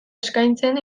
eskaintzen